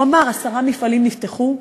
הוא אמר: עשרה מפעלים נפתחו,